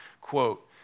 quote